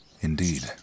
Indeed